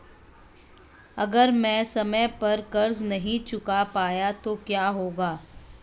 अगर मैं समय पर कर्ज़ नहीं चुका पाया तो क्या होगा?